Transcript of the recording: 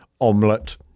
omelette